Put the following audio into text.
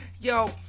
yo